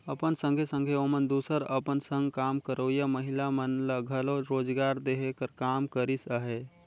अपन संघे संघे ओमन दूसर अपन संग काम करोइया महिला मन ल घलो रोजगार देहे कर काम करिस अहे